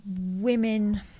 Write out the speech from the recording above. women